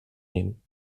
nehmen